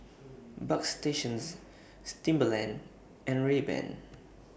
Bagstationz Timberland and Rayban